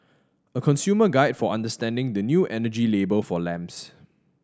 a consumer guide for understanding the new energy label for lamps